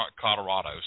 Colorado